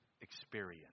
experience